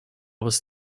was